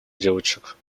девочек